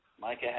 Micah